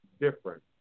different